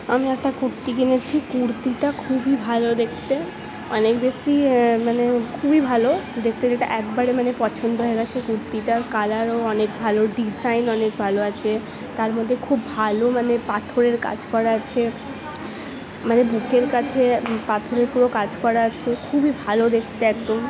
আমি একটা কুর্তি কিনেছি কুর্তিটা খুবই ভালো দেখতে অনেক বেশি মানে খুবই ভালো দেখতে যেটা একবারে মানে পছন্দ হয়ে গেছে কুর্তিটার কালারও অনেক ভালো ডিজাইন অনেক ভালো আছে তার মধ্যে খুব ভালো মানে পাথরের কাজ করা আছে মানে বুকের কাছে পাথরের পুরো কাজ করা আছে খুবই ভালো দেখতে একদম